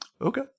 Okay